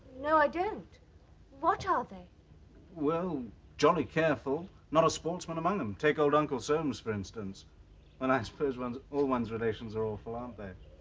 no i don't what are they well jolly careful not a sportsman among them take old uncle soames for instance then and i suppose ones all ones relations are awful aren't they?